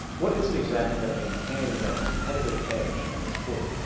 what is it exactly that maintains that competitive edge at it's core?